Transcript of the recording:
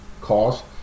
cost